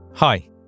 Hi